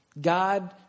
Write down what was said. God